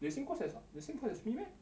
they same class as they same class as me meh